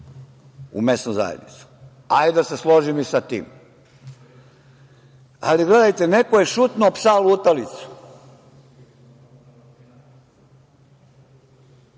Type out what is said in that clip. u mesnu zajednicu. Hajde da se složim i sa tim. Gledajte, neko je šutnuo psa lutalicu